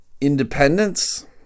independence